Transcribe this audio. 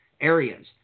areas